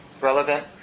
relevant